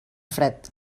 fred